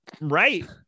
Right